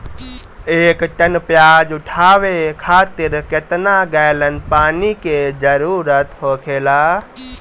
एक टन प्याज उठावे खातिर केतना गैलन पानी के जरूरत होखेला?